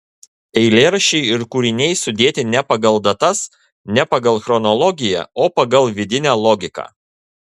eilėraščiai ir kūriniai sudėti ne pagal datas ne pagal chronologiją o pagal vidinę logiką